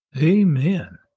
amen